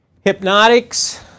Hypnotics